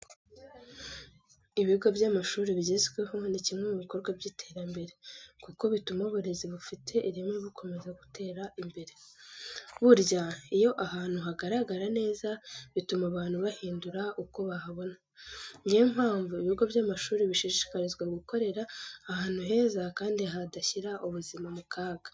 Ibigo by'amashuri bigezweho ni kimwe mu ibikorwa by'iterambere, kuko bituma uburezi bufite ireme bukomeza gutera imbere. Burya iyo ahantu hagaragara neza bituma abantu bahindura uko bahabona. Ni yo mpamvu ibigo by'amashuri bishishikarizwa gukorera ahantu heza kandi hadashyira ubuzima mu kaga.